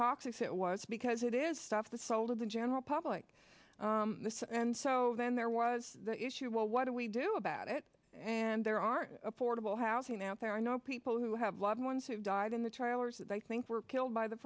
talks as it was because it is stuff the sold of the general public and so then there was the issue well what do we do about it and there are affordable housing out there i know people who have loved ones who've died in the trailers that i think were killed by the